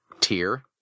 tier